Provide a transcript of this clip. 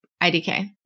IDK